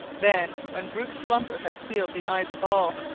then, when brute slumber had sealed the eyes of all,